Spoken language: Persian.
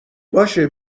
باشه